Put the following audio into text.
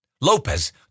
Lopez